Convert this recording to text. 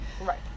Right